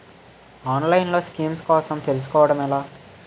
ఆన్లైన్లో స్కీమ్స్ కోసం తెలుసుకోవడం ఎలా?